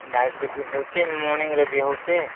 ନାଇଟ୍ରେ ବି ହେଉଛି ମର୍ଣ୍ଣିଂରେ ବି ହେଉଛି